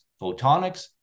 photonics